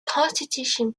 constitution